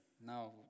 Now